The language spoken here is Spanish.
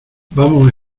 vamos